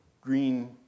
green